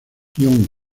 hyung